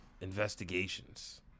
investigations